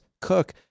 cook